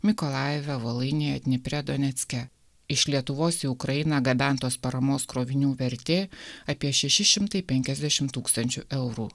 mykolajive voluinėje dniepre donecke iš lietuvos į ukrainą gabentos paramos krovinių vertė apie šeši šimtai penkiasdešim tūkstančių eurų